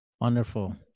Wonderful